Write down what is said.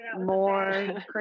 more